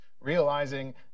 realizing